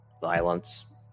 Violence